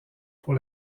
pour